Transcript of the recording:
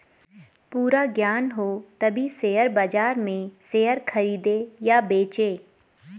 पूरा ज्ञान हो तभी शेयर बाजार में शेयर खरीदे या बेचे